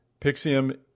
Pixium